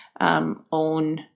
Own